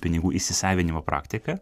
pinigų įsisavinimo praktiką